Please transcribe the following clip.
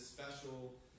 Special